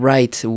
Right